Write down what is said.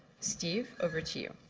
steve, over to you.